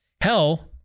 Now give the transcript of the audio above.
Hell